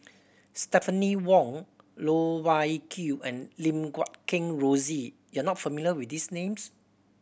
Stephanie Wong Loh Wai Kiew and Lim Guat Kheng Rosie you are not familiar with these names